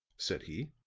said he.